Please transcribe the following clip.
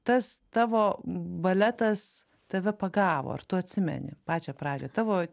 tas tavo baletas tave pagavo ar tu atsimeni pačią pradžią tavo